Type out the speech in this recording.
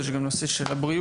יש גם נושא של הבריאות.